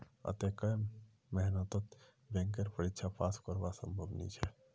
अत्ते कम मेहनतत बैंकेर परीक्षा पास करना संभव नई छोक